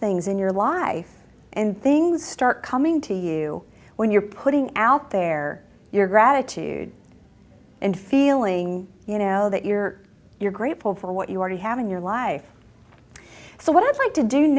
things in your life and things start coming to you when you're putting out there your gratitude and feeling you know that you're you're grateful for what you already have in your life so what